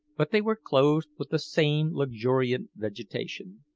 but they were clothed with the same luxuriant vegetation.